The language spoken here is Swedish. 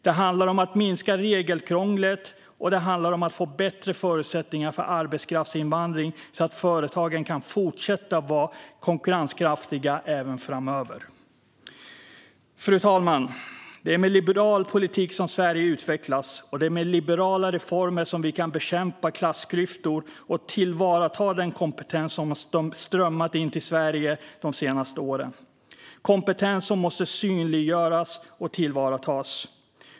Det handlar om att minska regelkrånglet, och det handlar om att få bättre förutsättningar för arbetskraftsinvandring så att företagen kan fortsätta att vara konkurrenskraftiga även framöver. Fru talman! Det är med liberal politik som Sverige utvecklas, och det är med liberala reformer som vi kan bekämpa klassklyftor och tillvarata den kompetens som har strömmat in till Sverige de senaste åren - kompetens som måste synliggöras och tillvaratas.